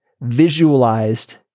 visualized